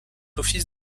office